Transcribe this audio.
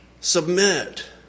Submit